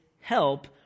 help